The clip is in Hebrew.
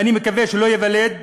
ואני מקווה שלא ייוולד,